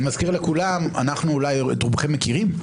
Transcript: אני מזכיר לכולם, אנחנו אולי את רובכם מכירים.